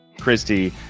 Christy